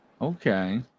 Okay